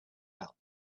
out